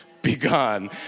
begun